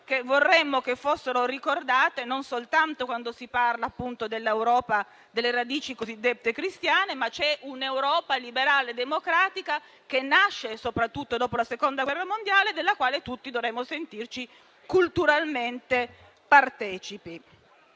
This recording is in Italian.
che vorremmo fossero ricordate non soltanto quando si parla dell'Europa dalle radici cosiddette cristiane, perché c'è un'Europa liberaldemocratica, che nasce soprattutto dopo la Seconda guerra mondiale, della quale tutti dovremmo sentirci culturalmente partecipi.